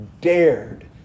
dared